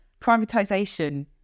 privatisation